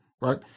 right